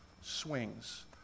swings